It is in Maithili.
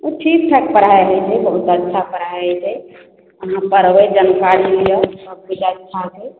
ओ ठीक ठाक पढ़ाइ होइ छै बहुत अच्छा पढ़ाइ होइ छै अहाँ पढ़बय जानकारी लिअ सबकिछु अच्छा हइ